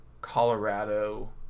Colorado